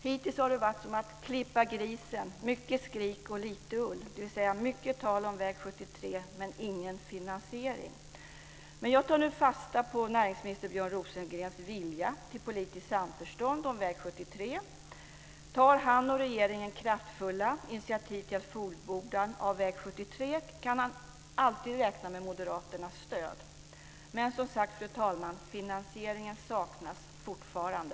Hittills har det varit som att klippa grisen: mycket skrik och lite ull, dvs. mycket tal om väg 73 men ingen finansiering. Men jag tar nu fasta på näringsminister Björn Rosengrens vilja till politiskt samförstånd om väg 73. Tar han och regeringen kraftfulla initiativ till att fullborda väg 73 kan de alltid räkna med moderaternas stöd. Men som sagt, fru talman: Finansieringen saknas fortfarande.